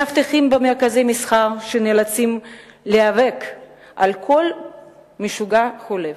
מאבטחים במרכזי מסחר שנאלצים להיאבק על כל משוגע חולף,